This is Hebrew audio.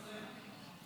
צודק.